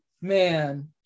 Man